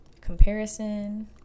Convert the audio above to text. comparison